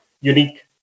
unique